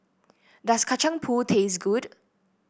does Kacang Pool taste good